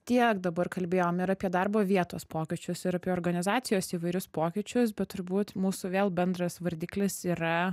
tiek dabar kalbėjom ir apie darbo vietos pokyčius ir apie organizacijos įvairius pokyčius bet turbūt mūsų vėl bendras vardiklis yra